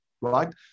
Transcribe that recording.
right